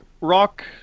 Rock